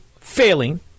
failing